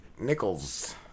nickels